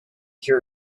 hear